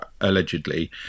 allegedly